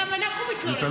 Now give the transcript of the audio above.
גם על זה אנחנו מתלוננים.